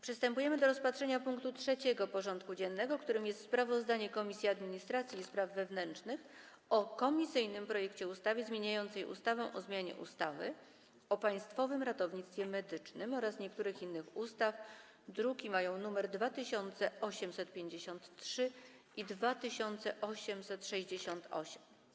Przystępujemy do rozpatrzenia punktu 3. porządku dziennego: Sprawozdanie Komisji Administracji i Spraw Wewnętrznych o komisyjnym projekcie ustawy zmieniającej ustawę o zmianie ustawy o Państwowym Ratownictwie Medycznym oraz niektórych innych ustaw (druki nr 2853 i 2868)